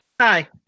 Hi